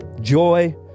Joy